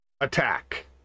attack